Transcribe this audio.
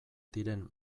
diren